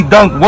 Dunk